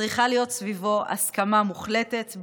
צריכה להיות סביבו הסכמה מוחלטת,